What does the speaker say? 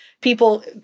people